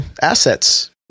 assets